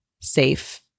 safe